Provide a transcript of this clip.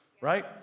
right